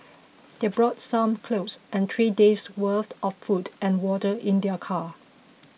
they brought some clothes and three days' worth of food and water in their car